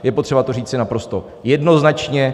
Je potřeba to říci naprosto jednoznačně.